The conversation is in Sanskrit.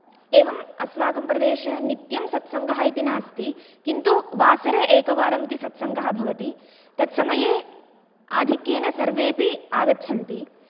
एवं अस्माकं प्रदेशे नित्यं सत्सङ्गः इति नास्ति किन्तु वासरे एकवारम् इति सत्सङ्गः इति भवति तत्समये आधिक्येन सर्वेऽपि आगच्छन्ति